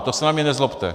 To se na mě nezlobte.